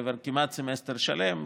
לעבר כמעט סמסטר שלם,